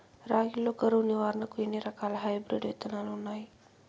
రాగి లో కరువు నివారణకు ఎన్ని రకాల హైబ్రిడ్ విత్తనాలు ఉన్నాయి